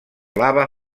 lava